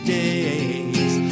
days